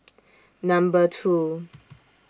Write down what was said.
Number two